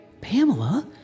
Pamela